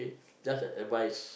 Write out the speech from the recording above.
just an advice